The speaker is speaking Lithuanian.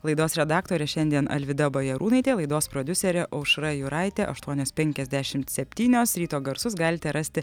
laidos redaktorė šiandien alvyda bajarūnaitė laidos prodiuserė aušra juraitė aštuonios penkiasdešimt septynios ryto garsus galite rasti